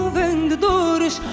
vendedores